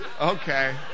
Okay